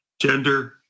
gender